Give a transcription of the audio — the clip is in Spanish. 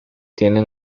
tienen